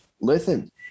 listen